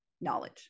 knowledge